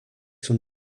son